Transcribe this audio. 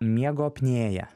miego apnėja